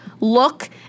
look